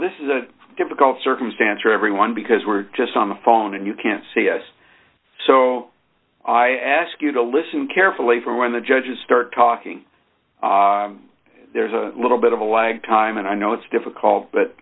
this is a difficult circumstance for everyone because we're just on the phone and you can't see us so i ask you to listen carefully for when the judges start talking there's a little bit of a lag time and i know it's difficult but